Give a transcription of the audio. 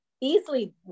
easily